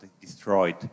destroyed